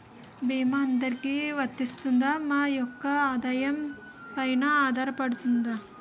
భీమా అందరికీ వరిస్తుందా? మా యెక్క ఆదాయం పెన ఆధారపడుతుందా?